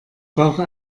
brauche